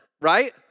right